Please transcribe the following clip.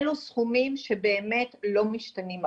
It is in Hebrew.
אילו סכומים שבאמת לא משתנים הרבה,